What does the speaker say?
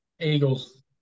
Eagles